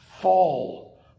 fall